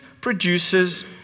produces